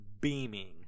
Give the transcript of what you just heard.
beaming